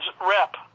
rep